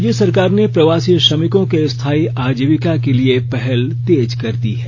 राज्य सरकार ने प्रवासी श्रमिकों के स्थायी आजिविका के लिए पहल तेज कर दी है